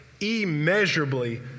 immeasurably